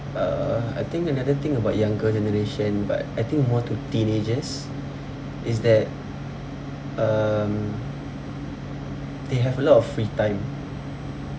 uh I think another thing about younger generation but I think more to teenagers is that um they have a lot of free time